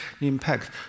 impact